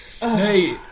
Hey